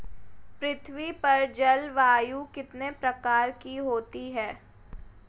पृथ्वी पर जलवायु कितने प्रकार की होती है?